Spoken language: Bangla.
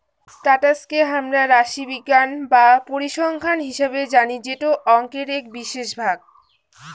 স্ট্যাটাস কে হামরা রাশিবিজ্ঞান বা পরিসংখ্যান হিসেবে জানি যেটো অংকের এক বিশেষ ভাগ